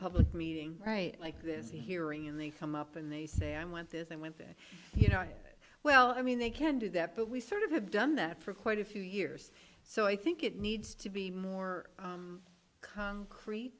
public meeting right like this hearing in the come up and they say i'm with this and with this you know well i mean they can do that but we sort of have done that for quite a few years so i think it needs to be more concrete